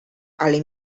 ale